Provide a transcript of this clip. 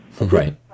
Right